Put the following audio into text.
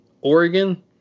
Oregon